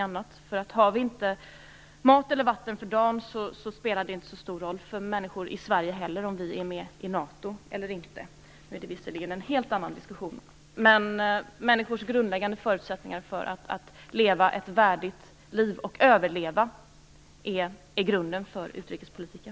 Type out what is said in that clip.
Har människor ute i världen inte mat och vatten för dagen, spelar det heller inte så stor roll om Sverige är med i NATO eller inte. Det är visserligen en helt annan diskussion, men människors grundläggande förutsättningar för att överleva och leva ett värdigt liv är basen för utrikespolitiken.